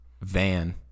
van